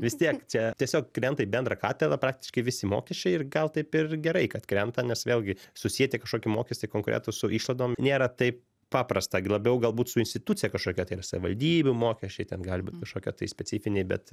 vis tiek čia tiesiog krenta į bendrą katilą praktiškai visi mokesčiai ir gal taip ir gerai kad krenta nes vėlgi susieti kažkokį mokestį konkretų su išlaidom nėra taip paprasta labiau galbūt su institucija kažkokia tai ar savivaldybių mokesčiai ten gali būt kažkokie tai specifiniai bet